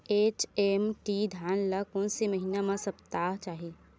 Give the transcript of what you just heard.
HMT धान ल कोन से महिना म सप्ता चाही?